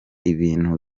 ibintu